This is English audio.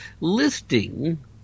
listing